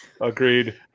Agreed